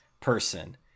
person